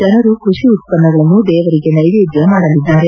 ಜನರು ಕೃಷಿ ಉತ್ಪನ್ನಗಳನ್ನು ದೇವರಿಗೆ ನೈವೇದ್ದ ಮಾಡಲಿದ್ದಾರೆ